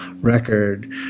record